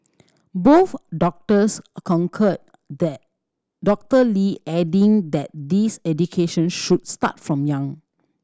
both doctors concurred that Doctor Lee adding that this education should start from young